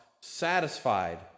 satisfied